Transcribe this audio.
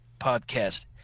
podcast